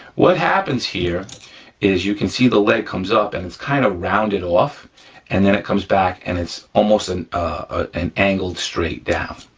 what happens here is you can see the leg comes up and it's kind of rounded off and then it comes back and it's almost an an angled straight down.